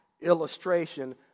illustration